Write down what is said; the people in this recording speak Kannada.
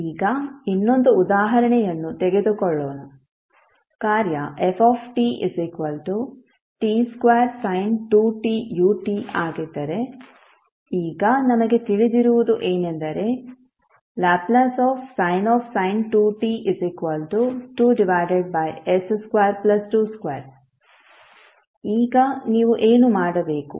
ಈಗ ಇನ್ನೊಂದು ಉದಾಹರಣೆಯನ್ನು ತೆಗೆದುಕೊಳ್ಳೋಣ ಕಾರ್ಯ f t2sin 2t u ಆಗಿದ್ದರೆ ಈಗ ನಮಗೆ ತಿಳಿದಿರುವುದು ಏನೆಂದರೆ Lsin 2t 2s222 ಈಗ ನೀವು ಏನು ಮಾಡಬೇಕು